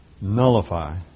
nullify